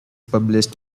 published